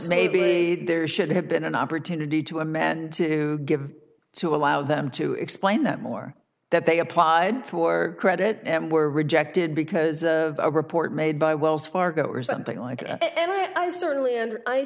maybe there should have been an opportunity to amend to give to allow them to explain that more that they applied for credit and were rejected because of a report made by wells fargo or something like that and i certainly and i